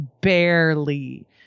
barely